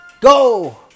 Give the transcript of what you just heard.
Go